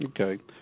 Okay